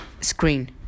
screen